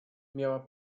miała